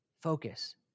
focus